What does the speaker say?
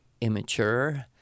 immature